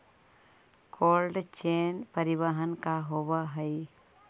Cold chain परिवहन का होव हइ?